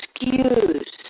excuse